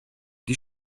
die